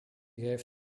gave